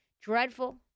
Dreadful